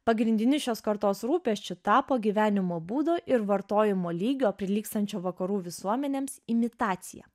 pagrindiniu šios kartos rūpesčiu tapo gyvenimo būdo ir vartojimo lygio prilygstančio vakarų visuomenėms imitacija